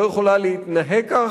לא יכולה להתנהג כך,